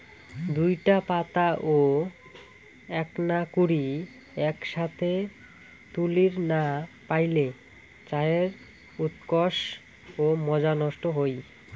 দুইটা পাতা ও এ্যাকনা কুড়ি এ্যাকসথে তুলির না পাইলে চায়ের উৎকর্ষ ও মজা নষ্ট হই